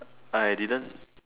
I didn't